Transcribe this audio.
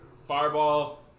Fireball